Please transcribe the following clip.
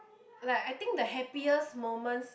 like I think the happiest moments